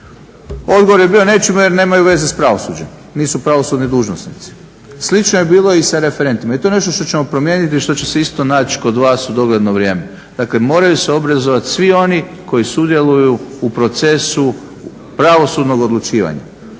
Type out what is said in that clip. Odgovor je bio nećemo jer nemaju veze s pravosuđem, nisu pravosudni dužnosnici. Slično je bilo i sa referentima i to je nešto što ćemo promijeniti i što će se isto naći kod vas u dogledno vrijeme. Dakle moraju se obrazovat svi oni koji sudjeluju u procesu pravosudnog odlučivanja.